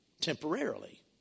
temporarily